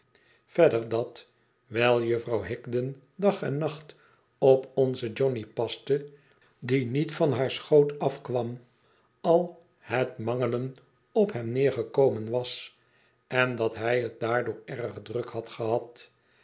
verder dat wijl vrouw higden dag en nacht op onze johnny paste die niet van haar schoot afkwam al het mangelen op hem neergekomen was en dat hij het daardoor erg druk had gehad